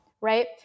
right